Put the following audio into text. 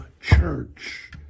church